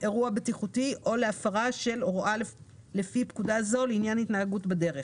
אירוע בטיחותי או להפרה של הוראה לפי פקודה זו לעניין התנהגות בדרך.